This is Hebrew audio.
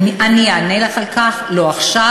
אני אענה לך על כך, לא עכשיו.